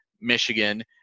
Michigan